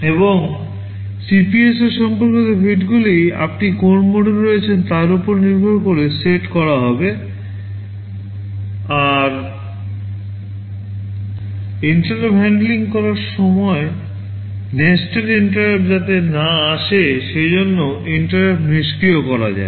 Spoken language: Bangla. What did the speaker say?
এবং CPSR সম্পর্কিত bitগুলি আপনি কোন মোডে রয়েছেন তার উপর নির্ভর করে সেট করা হবে আর INTERRUPT হ্যান্ডলিং করার সময় নেস্টেড INTERRUPT যাতে না আসে সেজন্য INTERRUPT নিষ্ক্রিয় করা যায়